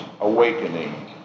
Awakening